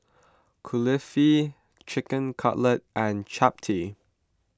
Kulfi Chicken Cutlet and Chapati